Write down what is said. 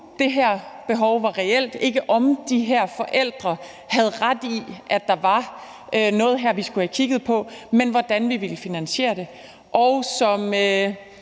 det her behov var reelt, og ikke om de her forældre havde ret i, at der var noget her, vi skulle have kigget på, men hvordan vi ville finansiere det. Som